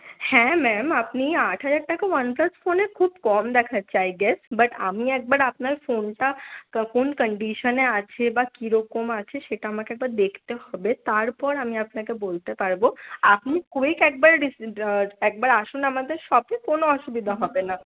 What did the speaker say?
হ্যাঁ ম্যাম আপনি আট হাজার টাকা ওয়ানপ্লাস ফোনে খুব কম দেখাচ্ছে আই গেস বাট আমি একবার আপনার ফোনটা কোন কন্ডিশনে আছে বা কিরকম আছে সেটা আমাকে একবার দেখতে হবে তারপর আমি আপনাকে বলতে পারবো আপনি ক্যুইক একবার একবার আসুন আমাদের শপে কোনো অসুবিধা হবে না